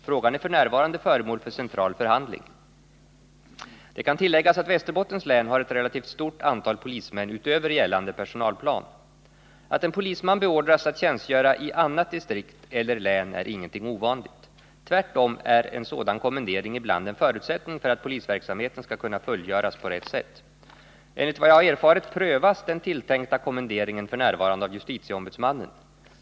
Frågan är f. n. föremål för central förhandling. Det kan tilläggas att Västerbottens län har ett relativt stort antal polismän utöver gällande personalplan. Att en polisman beordras att tjänstgöra i annat distrikt eller län är ingenting ovanligt. Tvärtom är en sådan kommendering ibland en förutsättning för att polisverksamheten skall kunna fullgöras på rätt sätt. Enligt vad jag har erfarit prövas den tilltänkta kommenderingen f. n. av justitieombudsmannen.